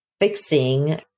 fixing